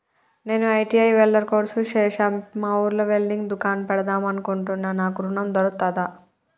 నేను ITI welder course చేశ్న మా ఊర్లో వెల్డింగ్ దుకాన్ పెడదాం అనుకుంటున్నా నాకు ఋణం దొర్కుతదా?